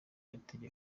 igitego